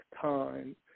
time